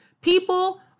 People